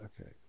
okay